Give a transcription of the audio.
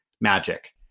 magic